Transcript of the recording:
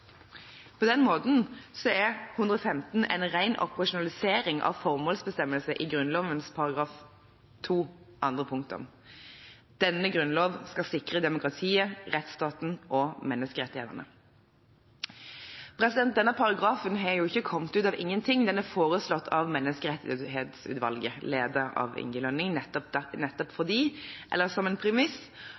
På den måten er § 115 en ren operasjonalisering av formålsbestemmelsen i Grunnloven § 2 andre punktum: «Denne Grunnlov skal sikre demokratiet, rettsstaten og menneskerettighetene.» Denne paragrafen har ikke kommet ut av ingenting. Den er foreslått av Menneskerettighetsutvalget, ledet av Inge Lønning, nettopp som en premiss for måten alle endringene i menneskerettighetskatalogen er formulert: som